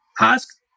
Ask